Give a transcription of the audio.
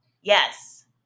Yes